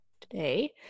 today